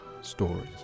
stories